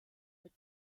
mit